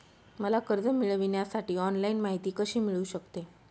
मला कर्ज मिळविण्यासाठी ऑनलाइन माहिती कशी मिळू शकते?